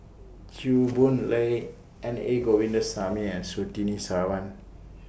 Chew Boon Lay N A Govindasamy and Surtini Sarwan